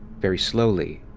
very slowly,